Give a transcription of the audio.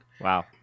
Wow